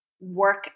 work